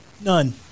None